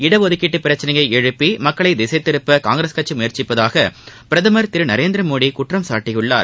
இடஒதுக்கீட்டு பிரச்சனையை எழுப்பி மக்களை திசைதிருப்ப காங்கிரஸ் கட்சி முயற்சிப்பதாக பிரதமர் திரு நரேந்திரமோடி குற்றம் சாட்டியுள்ளார்